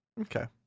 Okay